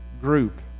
group